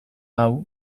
hau